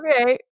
okay